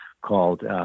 called